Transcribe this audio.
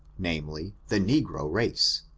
namely, the negro race.